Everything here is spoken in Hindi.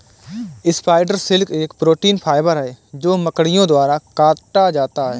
स्पाइडर सिल्क एक प्रोटीन फाइबर है जो मकड़ियों द्वारा काता जाता है